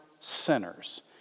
sinners